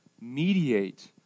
mediate